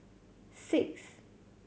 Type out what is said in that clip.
six